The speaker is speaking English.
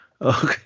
Okay